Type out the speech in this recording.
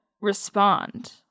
respond